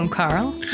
Carl